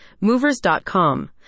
Movers.com